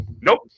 Nope